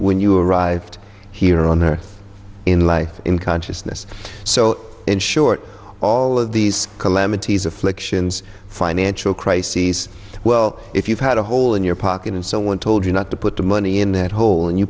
when you arrived here on earth in life in consciousness so in short all of these calamities afflictions financial crises well if you've had a hole in your pocket and someone told you not to put the money in that hole and you